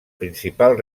principal